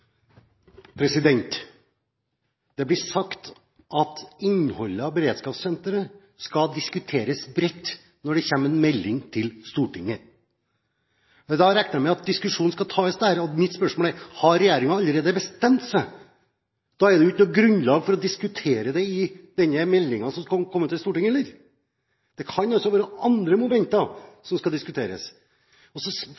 Det blir sagt at beredskapssenterets innhold skal diskuteres bredt når det kommer en melding til Stortinget. Da regner jeg med at diskusjonen skal tas der, så mitt spørsmål er: Har regjeringen allerede bestemt seg? Da er det jo ikke noe grunnlag for å diskutere dette i denne meldingen som skal komme til Stortinget? Det kan også være andre momenter som skal diskuteres. Så